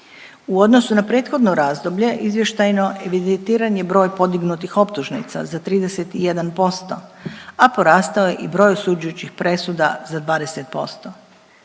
U odnosu na prethodno razdoblje izvještajno evidentiran je broj podignutih optužnica za 31%, a porastao je i broj osuđujućih presuda za 20%.